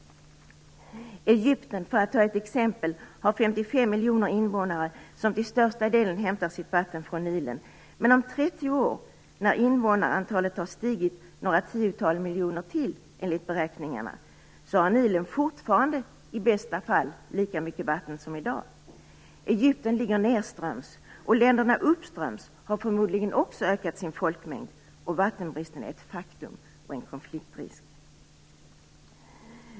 Egypten, för att ta ett exempel, har 55 miljoner invånare som till största delen hämtar sitt vatten från Nilen. Men om 30 år, när invånarantalet enligt beräkningarna har stigit några tiotal miljoner till, har Nilen fortfarande i bästa fall lika mycket vatten som i dag. Egypten ligger nedströms, och länderna uppströms har förmodligen också ökat sin folkmängd, och vattenbristen är ett faktum och en konfliktrisk.